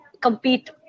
compete